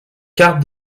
cartes